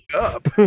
up